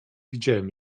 widziałem